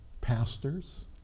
pastors